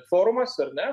forumas ar ne